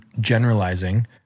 generalizing